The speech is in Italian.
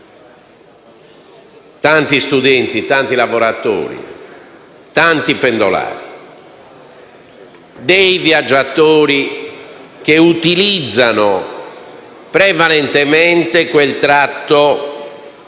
Tanti studenti, tanti lavoratori, tanti pendolari; i viaggiatori che utilizzano prevalentemente quel tratto